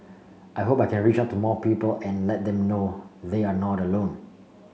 I hope I can reach out to more people and let them know they're not alone